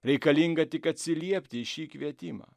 reikalinga tik atsiliepti į šį kvietimą